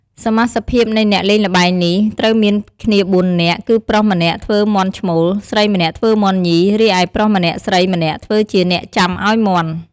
សមាសភាពនៃអ្នកលេងល្បែងនេះត្រូវមានគ្នាបួននាក់ គឺប្រុសម្នាក់ធ្វើមាន់ឈ្មោល ស្រីម្នាក់ធ្វើមាន់ញី រីឯប្រុសម្នាក់ស្រីម្នាក់ធ្វើជាអ្នកចាំឲ្យមាន់ ។